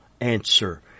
answer